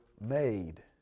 made